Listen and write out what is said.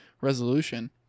resolution